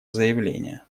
заявление